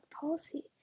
policy